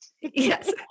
Yes